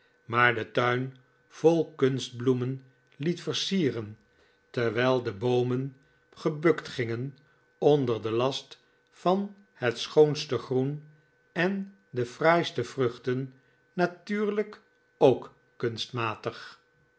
maar den tuin vol kunstbloemen liet versieren terwijl de boomen gebukt gingen onder den last van het schoonste groen en de fraaiste vruchten natuurlijk ook kunstmatig